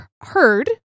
heard